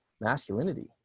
masculinity